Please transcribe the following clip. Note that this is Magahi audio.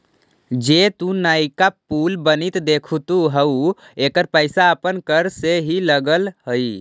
जे तु नयका पुल बनित देखित हहूँ एकर पईसा अपन कर से ही लग हई